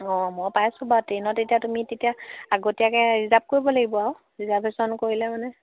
অঁ মই পাইছোঁ বাৰু ট্ৰেইনত এতিয়া তুমি তেতিয়া আগতীয়াকৈ ৰিজাৰ্ভ কৰিব লাগিব আৰু ৰিজাৰ্ভেশ্যন কৰিলে মানে